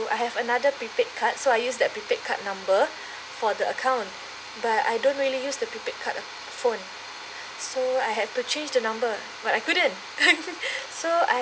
I have another prepaid card so I use that prepaid card number for the account but I don't really use the prepaid card phone so I have to change the number but I couldn't so I